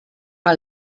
per